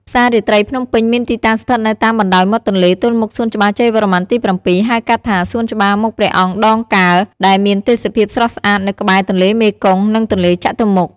ផ្សាររាត្រីភ្នំពេញមានទីតាំងស្ថិតនៅតាមបណ្ដោយមាត់ទន្លេ ទល់មុខសួនច្បារជ័យវរ្ម័នទី៧ ហៅកាត់ថាសួនច្បារមុខព្រះអង្គដងកើ ដែលមានទេសភាពស្រស់ស្អាតនៅក្បែរទន្លេមេគង្គ និងទន្លេចតុមុខ។